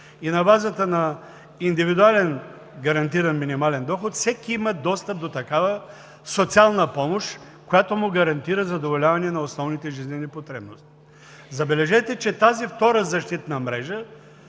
и на базата на „индивидуален гарантиран минимален доход“, всеки има достъп до такава социална помощ, която му гарантира задоволяване на основните жизнени потребности. Забележете, че тази втора защитна мрежа